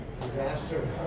Disaster